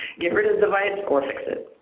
get rid of the device or fix it.